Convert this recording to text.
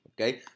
okay